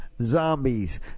zombies